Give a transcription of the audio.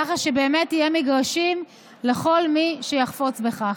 ככה שבאמת יהיו מגרשים לכל מי שיחפוץ בכך.